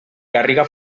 garriga